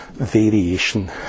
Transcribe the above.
Variation